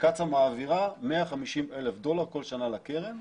שקצא"א מעבירה 150,000 דולר כטל שנה לקרן,